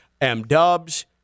M-Dubs